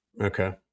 okay